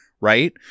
right